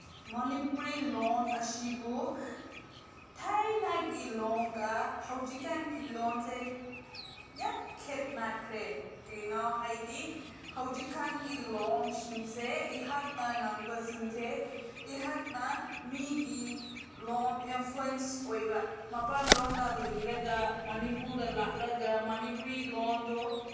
ꯃꯅꯤꯄꯨꯔꯤ ꯂꯣꯟ ꯑꯁꯤꯕꯨ ꯊꯥꯏꯅꯒꯤ ꯂꯣꯟꯒ ꯍꯧꯖꯤꯛ ꯀꯥꯟꯒꯤ ꯂꯣꯟꯁꯦ ꯌꯥꯝ ꯈꯦꯠꯅꯈ꯭ꯔꯦ ꯀꯩꯅꯣ ꯍꯥꯏꯗꯤ ꯍꯧꯖꯤꯛ ꯀꯥꯟꯒꯤ ꯂꯣꯟꯁꯤꯡꯁꯦ ꯑꯩꯍꯥꯛꯅ ꯉꯥꯡꯕꯁꯤꯡꯁꯦ ꯑꯩꯍꯥꯛꯅ ꯃꯤꯒꯤ ꯂꯣꯟ ꯏꯟꯐ꯭ꯂꯨꯌꯦꯟꯁ ꯑꯣꯏꯕ ꯃꯄꯥꯜꯂꯣꯝꯗ ꯂꯩꯔꯒ ꯃꯅꯤꯄꯨꯔꯗ ꯂꯥꯛꯂꯒ ꯃꯅꯤꯄꯨꯔꯤ ꯂꯣꯟꯗꯣ